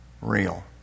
real